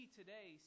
today